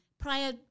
Prior